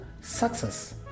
success